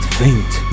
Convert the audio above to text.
faint